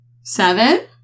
Seven